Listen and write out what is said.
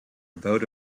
vote